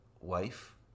wife